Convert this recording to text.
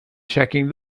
checking